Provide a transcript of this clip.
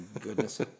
goodness